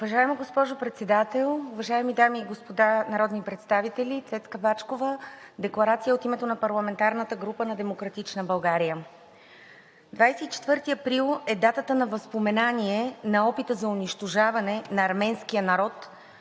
Уважаема госпожо Председател, уважаеми дами и господа народни представители! Декларация от името на парламентарната група на „Демократична България“. 24 април е датата на възпоменание на опита за унищожаване на арменския народ,